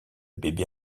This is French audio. bébé